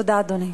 תודה, אדוני.